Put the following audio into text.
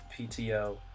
PTO